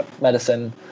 medicine